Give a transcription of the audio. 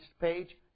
page